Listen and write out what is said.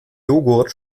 jogurt